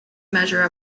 measure